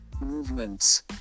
movements